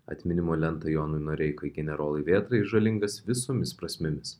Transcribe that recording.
atminimo lentą jonui noreikai generolui vėtrai žalingas visomis prasmėmis